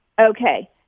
Okay